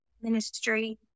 ministry